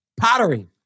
pottery